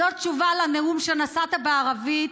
זאת תשובה על נאום שנשאת בערבית,